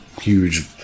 huge